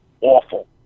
awful